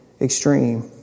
extreme